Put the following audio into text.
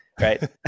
Right